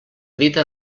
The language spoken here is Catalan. dita